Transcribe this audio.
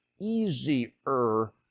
easier